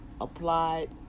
applied